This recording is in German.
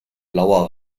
blauer